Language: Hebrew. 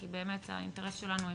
כי באמת האינטרס שלנו אחד,